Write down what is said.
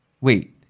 Wait